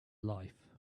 life